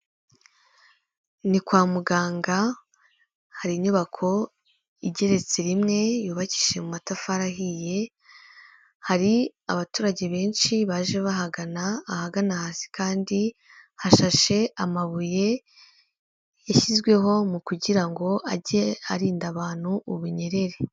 Ni kwa muganga hari inyubako igeretse rimwe yubakishije mu matafari ahiye hari abaturage benshi baje bahagana ahagana hasi kandi hashashe amabuye yashyizweho mu kugira ngo ajye arinda abantu ubunyererere.